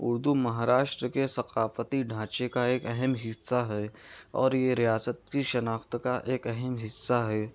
اردو مہاراشٹر کے ثقافتی ڈھانچے کا ایک اہم حصہ ہے اور یہ ریاست کی شناخت کا ایک اہم حصہ ہے